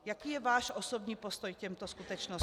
Jaký je váš osobní postoj k těmto skutečnostem?